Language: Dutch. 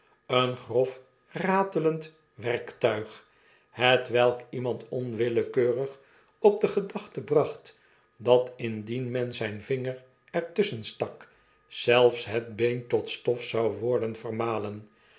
een grof ratelend werktuig hetwelk iemand onwillekeurig op de ge dachte bracht dat indien men zyn vinger er tusschen stak zelfs het been tot stof zou worden